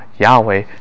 Yahweh